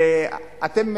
ואתם,